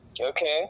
okay